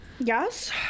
Yes